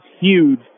huge